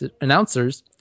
announcers